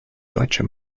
deutsche